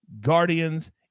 Guardians